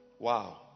wow